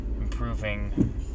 improving